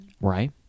Right